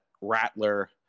rattler